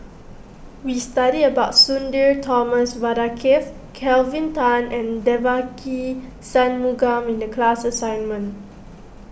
we studied about Sudhir Thomas Vadaketh Kelvin Tan and Devagi Sanmugam in the class assignment